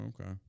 Okay